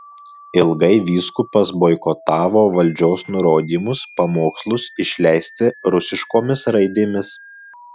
ilgai vyskupas boikotavo valdžios nurodymus pamokslus išleisti rusiškomis raidėmis